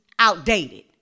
outdated